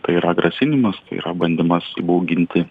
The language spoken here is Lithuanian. tai yra grasinimas tai yra bandymas įbauginti